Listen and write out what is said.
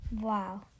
Wow